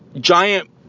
giant